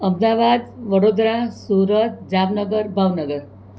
Ahmedabad Vadodara Surat Jamnagar Bhavnagar